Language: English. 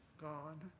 God